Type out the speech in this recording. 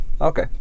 Okay